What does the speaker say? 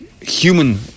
human